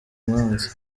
umwanzi